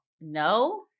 No